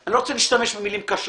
אני לא רוצה להשתמש במילים קשות.